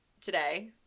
today